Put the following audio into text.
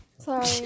Sorry